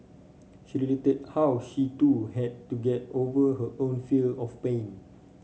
she related how she too had to get over her own fear of pain